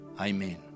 Amen